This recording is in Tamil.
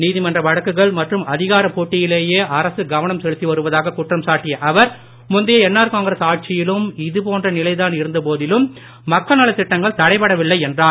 நீதிமன்ற வழக்குகள் மற்றும் அதிகாரப் போட்டியிலேயே அரசு கவனம் செலுத்தி வருவதாகக் குற்றம் சாட்டிய அவர் முந்தைய என்ஆர் காங்கிரஸ் ஆட்சியிலும் இதேபோன்ற நிலைதான் இருந்த போதிலும் மக்கள்நலத் திட்டங்கள் தடைபடவில்லை என்றார்